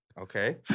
Okay